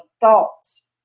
Thoughts